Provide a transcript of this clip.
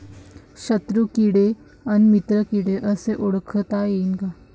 शत्रु किडे अन मित्र किडे कसे ओळखता येईन?